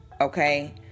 Okay